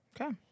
Okay